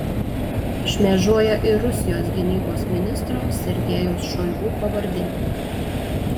šmėžuoja ir rusijos gynybos ministro sergejaus šoigu pavardė